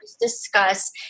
discuss